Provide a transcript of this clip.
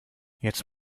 jetzt